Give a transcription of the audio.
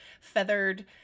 feathered